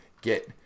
get